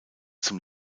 zum